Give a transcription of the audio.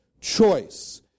Choice